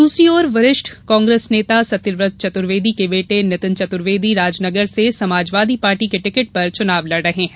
दूसरी ओर वरिष्ठ कांग्रेस नेता सत्यव्रत चतुर्वेदी के बेटे नितिन चतुर्वेदी राजनगर से समाजवादी पार्टी के टिकट पर चुनाव लड़ रहे हैं